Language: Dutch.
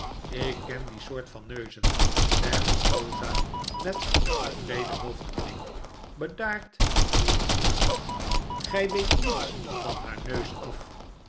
ik ken die soort van ne uzen zegt rosa met een tevreden hoofdknik bedaard voortsmullend gij weet niets van haar neus af